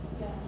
Yes